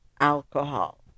alcohol